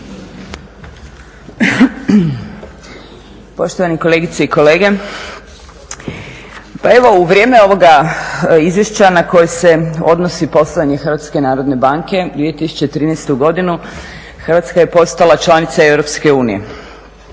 Poštovane kolegice i kolege, pa evo u vrijeme ovoga izvješća na koje se odnosi postojanje HNB-a i 2013. godinu Hrvatska je postala članica EU.